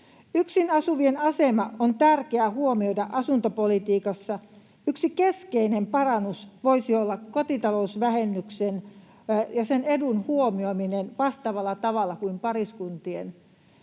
Yksin asuvien asema on tärkeää huomioida asuntopolitiikassa. Yksi keskeinen parannus voisi olla kotitalousvähennyksen ja sen edun huomioiminen vastaavalla tavalla kuin pariskuntien